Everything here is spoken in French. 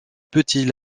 petit